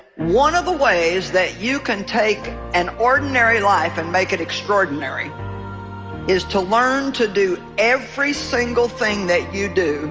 one of the ways that you can take an ordinary life and make it extraordinary is to learn to do every single thing that you do